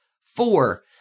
four